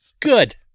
Good